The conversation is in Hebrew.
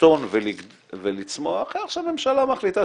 לקטון ולצמוח איך שהממשלה מחליטה,